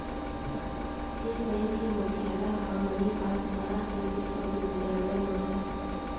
ए bank के मुख्यालय ह मनिपाल सहर के बिस्वबिद्यालय म हे